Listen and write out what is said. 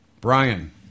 Brian